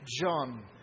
John